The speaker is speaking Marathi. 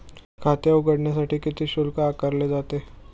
खाते उघडण्यासाठी किती शुल्क आकारले जाते?